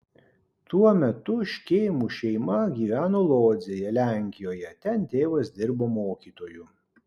tuo metu škėmų šeima gyveno lodzėje lenkijoje ten tėvas dirbo mokytoju